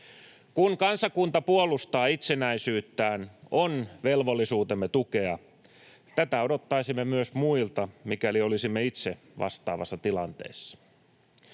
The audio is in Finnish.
Kun kansakunta puolustaa itsenäisyyttään, on velvollisuutemme tukea. Tätä odottaisimme myös muilta, mikäli olisimme itse vastaavassa tilanteessa.